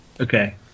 Okay